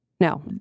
No